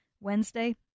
Wednesday